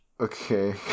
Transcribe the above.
Okay